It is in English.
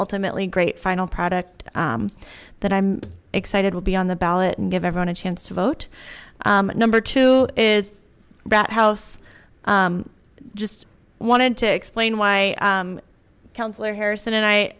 ultimately great final product that i'm excited will be on the ballot and give everyone a chance to vote number two is that house just wanted to explain why councilor harrison and i